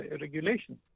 regulation